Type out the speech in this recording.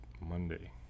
Monday